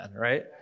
right